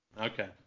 Okay